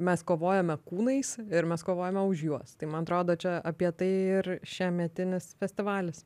mes kovojame kūnais ir mes kovojame už juos tai man atrodo čia apie tai ir šiemetinis festivalis